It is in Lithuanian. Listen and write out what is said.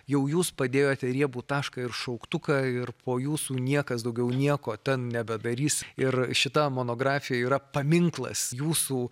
jau jūs padėjote riebų tašką ir šauktuką ir po jūsų niekas daugiau nieko ten nebedarys ir šita monografija yra paminklas jūsų